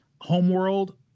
homeworld